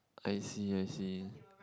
I see I see